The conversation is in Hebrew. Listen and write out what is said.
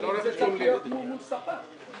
רכש גומלין צריך להיות מול ספק.